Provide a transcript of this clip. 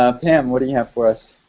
ah pam, what do you have for us?